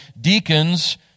deacons